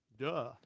Duh